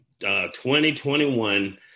2021